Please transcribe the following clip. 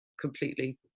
completely